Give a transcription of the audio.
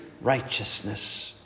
righteousness